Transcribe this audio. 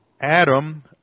Adam